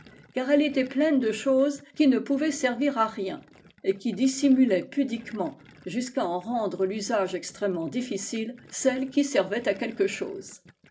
car elle était pleine de choses qui ne pouvaient servir à rien et qui dissimulaient pudiquement jusqu'à en rendre l'usage extrêmement difficile celles qui servaient à quelque chose